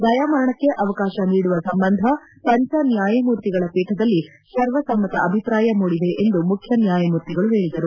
ದಯಾಮರಣಕ್ಕೆ ಅವಕಾಶ ನೀಡುವ ಸಂಬಂಧ ಪಂಚ ನ್ಯಾಯಮೂರ್ತಿಗಳ ಪೀಠದಲ್ಲಿ ಸರ್ವ ಸಮ್ತ ಅಭಿಪ್ರಾಯ ಮೂಡಿದೆ ಎಂದು ಮುಖ್ಯನ್ಯಾಯಮೂರ್ತಿ ಹೇಳಿದರು